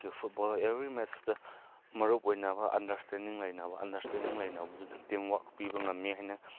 ꯀꯤ football every ꯃꯦꯠꯁꯇ ꯃꯔꯨꯞ ꯑꯣꯏꯅꯕ ꯑꯟꯗꯔꯁꯇꯦꯟꯗꯤꯡ ꯂꯩꯅꯕ ꯑꯟꯗꯔꯁꯇꯦꯟꯗꯤꯡ ꯂꯩꯅꯕꯗꯨꯅ ꯇꯤꯝꯋꯥꯔꯛ ꯄꯤꯕ ꯉꯝꯃꯦ ꯍꯥꯏꯅ